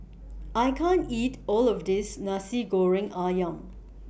I can't eat All of This Nasi Goreng Ayam